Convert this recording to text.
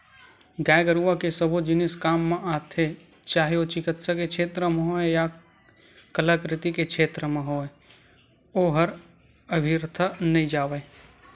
गाय गरुवा के सबो जिनिस काम म आथे चाहे ओ चिकित्सा के छेत्र म होय या कलाकृति के क्षेत्र म होय ओहर अबिरथा नइ जावय